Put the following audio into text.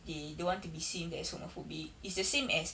they don't want to be seen as homophobic it's the same as